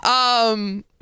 Um-